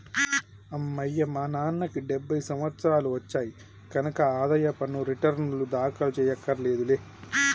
అమ్మయ్యా మా నాన్నకి డెబ్భై సంవత్సరాలు వచ్చాయి కనక ఆదాయ పన్ను రేటర్నులు దాఖలు చెయ్యక్కర్లేదులే